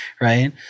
right